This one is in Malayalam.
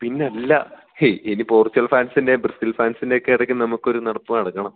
പിന്നെയല്ല ഇനി പോർച്ചുഗൽ ഫാൻസിൻറ്റെയും ബ്രസീൽ ഫാൻസിൻ്റെയുമൊക്കെ ഇടയ്ക്ക് നമുക്കൊരു നടപ്പ് നടക്കണം